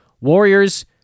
Warriors